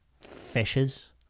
fishes